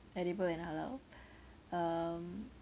edible and halal um